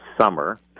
Summer